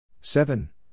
seven